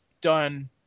done